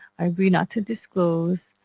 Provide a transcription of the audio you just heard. i agree not to disclose,